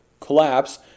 collapse